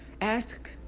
ask